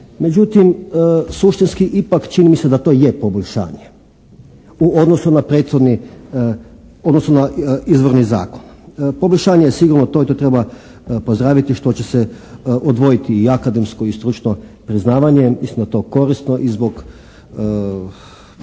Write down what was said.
međutim suštinski ipak čini mi se da to je poboljšanje u odnosu na prethodni, u odnosu na izvorni zakon. Poboljšanje je sigurno to i to treba pozdraviti što će se odvojiti i akademsko i stručno priznavanje. Mislim da je to korisno i zbog